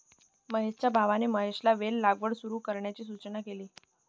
महेशच्या भावाने महेशला वेल लागवड सुरू करण्याची सूचना केली